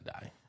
die